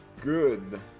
good